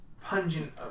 pungent